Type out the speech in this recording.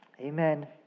Amen